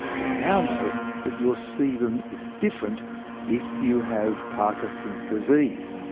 we now know that your sebum is different if you have parkinson's disease.